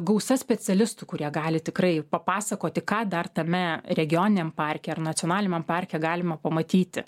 gausa specialistų kurie gali tikrai papasakoti ką dar tame regioniniam parke ar nacionaliniam parke galima pamatyti